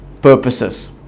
purposes